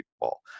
ball